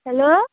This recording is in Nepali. हेलो